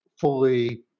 fully